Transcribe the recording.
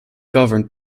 governed